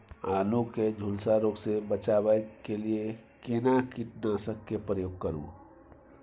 आलू के झुलसा रोग से बचाबै के लिए केना कीटनासक के प्रयोग करू